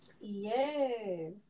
Yes